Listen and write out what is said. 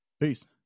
Peace